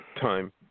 time